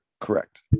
Correct